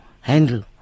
handle